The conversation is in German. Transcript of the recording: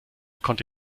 konnte